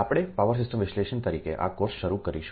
આપણેઅમે power system વિશ્લેષણ તરીકે આ કોર્સ શરૂ કરીશું